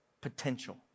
Potential